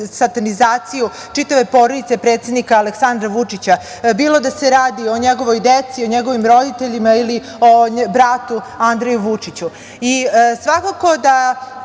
satanizaciju čitave porodice predsednika Aleksandra Vučića, bilo da se radi o njegovoj deci, o njegovim roditeljima ili o bratu, Andreju Vučiću.